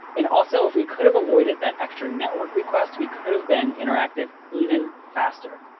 and also if we could have avoided that extra network request, we could have been interactive even faster.